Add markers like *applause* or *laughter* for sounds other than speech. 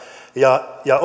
ja ja *unintelligible*